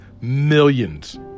millions